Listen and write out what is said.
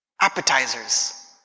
appetizers